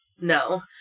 No